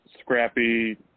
scrappy